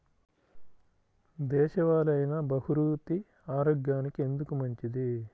దేశవాలి అయినా బహ్రూతి ఆరోగ్యానికి ఎందుకు మంచిది?